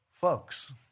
Folks